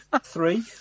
Three